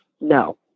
no